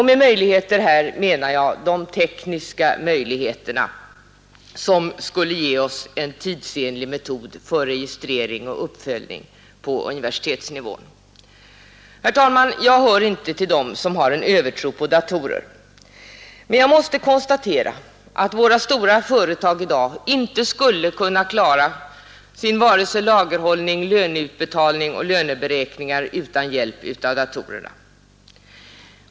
Med möjligheter menar jag de tekniska hjälpmedel som skulle ge oss en tidsenlig metod för registrering och uppföljning på universitetsnivå. Herr talman! Jag hör inte till dem som har en övertro på datorer, men jag måste konstatera att våra stora företag i dag inte skulle kunna klara vare sig sin lagerhållning, löneutbetalningar eller löneberäkningar utan hjälp av datorerna.